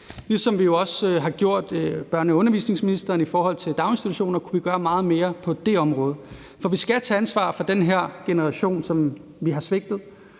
Ligesom vi jo også med børne- og undervisningsministeren har gjort det i forhold til daginstitutioner, kunne vi gøre meget mere på det område. For vi skal tage ansvar for den generation, som vi har svigtet,